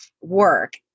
work